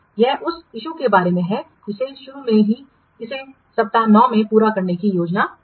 यह उस मुद्दे के बारे में है जिसे शुरू में इसे सप्ताह 9 में पूरा करने की योजना थी